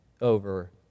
Over